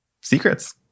secrets